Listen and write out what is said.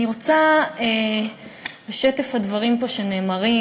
בשטף הדברים שנאמרים,